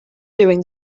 during